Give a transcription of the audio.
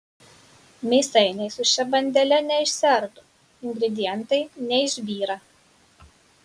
mėsainiai su šia bandele neišsiardo ingredientai neišbyra